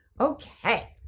Okay